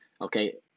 okay